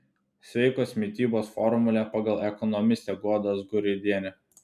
sveikos mitybos formulė pagal ekonomistę guodą azguridienę